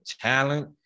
talent